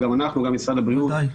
גם אנחנו וגם משרד הבריאות -- בוודאי.